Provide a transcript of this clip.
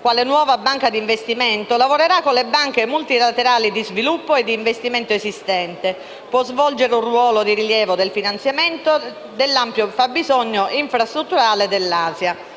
quale nuova banca d'investimento che lavorerà con le banche multilaterali di sviluppo e di investimento esistenti, può svolgere un ruolo di rilievo nel finanziamento dell'ampio fabbisogno infrastrutturale dell'Asia.